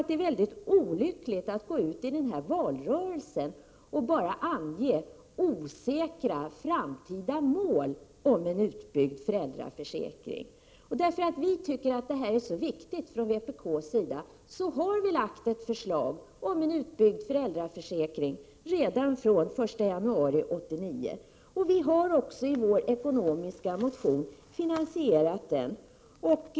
Det är mycket olyckligt att gå ut i denna valrörelse och bara ange osäkra, framtida mål om en utbyggd föräldraförsäkring. Vi i vpk tycker att detta är mycket viktigt, och vi har därför lagt fram ett förslag om en utbyggd föräldraförsäkring redan från den 1 januari 1989, och vi har också finansierat detta i vår ekonomiska motion.